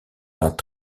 vingt